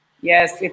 Yes